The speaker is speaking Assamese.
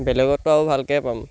বেলেগতটো আৰু ভালকৈ পাম